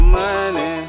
money